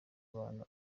abantu